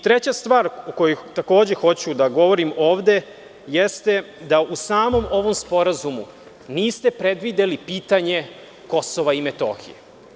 Treća stvar o kojoj hoću da govorim ovde jeste, da u samom ovom sporazumu niste predvideli pitanje Kosova i Metohije.